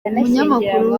umunyamakuru